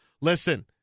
listen